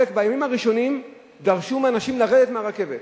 בימים הראשונים דרשו מאנשים לרדת מהרכבת.